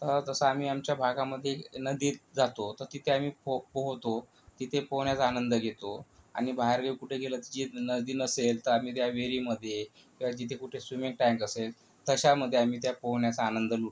जसं आम्ही आमच्या भागामध्ये नदीत जातो तर तिथे आम्ही पो पोहतो तिथे पोहण्याचा आनंद घेतो आणि बाहेरगावी कुठे गेलंच जिथं नदी नसेल तर आम्ही त्या विहिरीमध्ये किंवा जिथे कुठे स्विमिंग टँक असेल तशामध्ये आम्ही त्या पोहण्याचा आनंद लुटतो